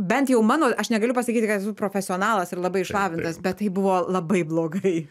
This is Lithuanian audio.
bent jau mano aš negaliu pasakyti kad esu profesionalas ir labai išlavintas bet tai buvo labai blogai